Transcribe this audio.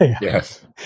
Yes